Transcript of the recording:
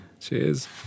Cheers